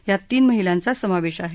यात तीन महिलांचा समावेश आहे